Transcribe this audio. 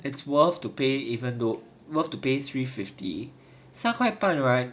it's worth to pay even though worth to pay three fifty 三块半 right